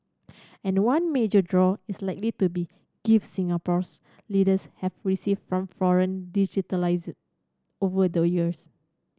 and one major draw is likely to be gift Singapore's leaders have received from foreign dignitaries over the years